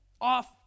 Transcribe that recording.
off